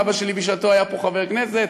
אבא שלי בשעתו היה פה חבר כנסת,